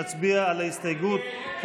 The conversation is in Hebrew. נצביע על ההסתייגות.